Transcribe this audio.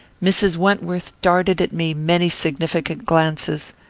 mrs. wentworth darted at me many significant glances,